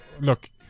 Look